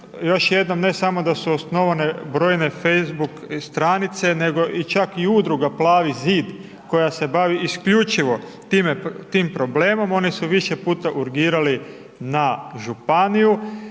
još jednom ne samo da su osnovane broje Facebook stranice nego čak i udruga Plavi zid koja se bavi isključivo tim problemom, oni su više puta urgirali na županiju,